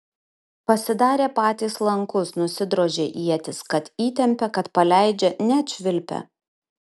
pasidarė patys lankus nusidrožė ietis kad įtempia kad paleidžia net švilpia